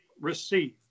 receive